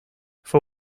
fue